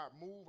move